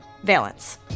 valence